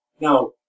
Now